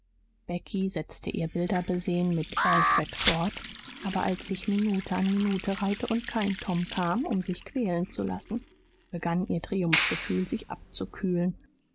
becky setzte ihr bilder besehen mit alfred fort aber als sich minute an minute reihte und kein tom kam um sich quälen zu lassen begann ihr triumphgefühl sich abzukühlen